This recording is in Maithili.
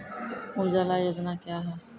उजाला योजना क्या हैं?